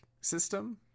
system